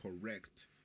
correct